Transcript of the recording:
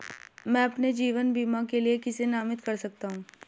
मैं अपने जीवन बीमा के लिए किसे नामित कर सकता हूं?